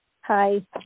Hi